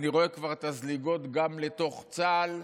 ואני רואה כבר את הזליגות גם לתוך צה"ל,